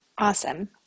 Awesome